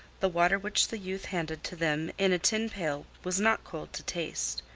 the water which the youth handed to them in a tin pail was not cold to taste,